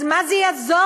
אז מה זה יעזור,